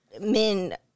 men